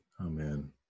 Amen